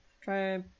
try